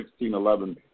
1611